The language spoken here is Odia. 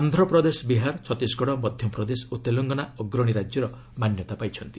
ଆନ୍ଧ୍ରପ୍ରଦେଶ ବିହାର ଛତିଶଗଡ଼ ମଧ୍ୟପ୍ରଦେଶ ଓ ତେଲଙ୍ଗାନା ଅଗ୍ରଶୀ ରାଜ୍ୟର ମାନ୍ୟତା ପାଇଛନ୍ତି